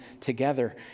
together